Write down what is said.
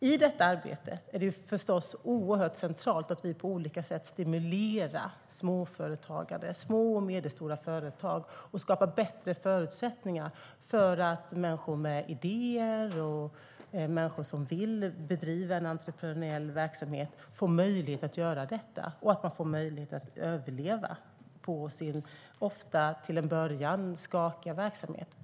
I detta arbete är det förstås oerhört centralt att vi på olika sätt stimulerar småföretagande, små och medelstora företag, och skapar bättre förutsättningar för att människor med idéer och människor som vill bedriva en entreprenöriell verksamhet ska få möjlighet att göra detta och få möjlighet att överleva på sin ofta, till en början, skakiga verksamhet.